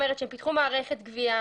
פיתחו מערכת גבייה,